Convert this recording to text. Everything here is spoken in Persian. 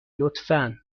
لطفا